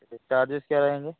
ऐसे चार्जेस क्या रहेंगे